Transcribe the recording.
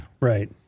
Right